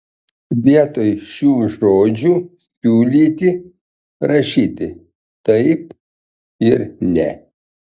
vietoj šių žodžių siūlyti rašyti taip ir ne